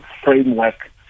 framework